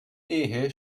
ehe